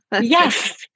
yes